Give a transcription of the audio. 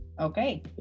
okay